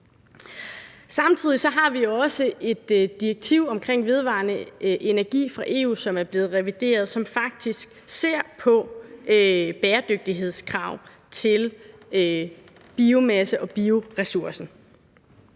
Samtidig har vi også et direktiv omkring vedvarende energi fra EU, som er blevet revideret, og som faktisk ser på bæredygtighedskrav til biomasse og bioressourcer.